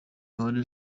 impande